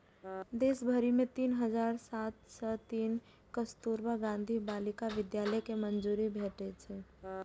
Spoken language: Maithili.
देश भरि मे तीन हजार सात सय तीन कस्तुरबा गांधी बालिका विद्यालय कें मंजूरी भेटल छै